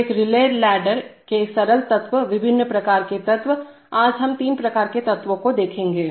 तो एक relay ladder के सरल तत्वविभिन्न प्रकार के तत्व हैं आज हम तीन प्रकार के तत्वों को देखेंगे